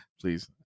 please